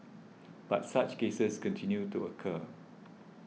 but such cases continue to occur